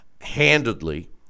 handedly